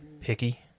Picky